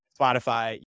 Spotify